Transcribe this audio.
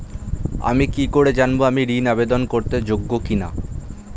আমি কি করে জানব আমি ঋন আবেদন করতে যোগ্য কি না?